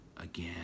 again